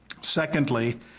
Secondly